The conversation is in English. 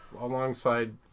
alongside